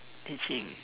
teaching